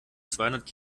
zweihundert